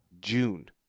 June